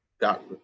got